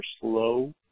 slow